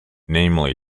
namely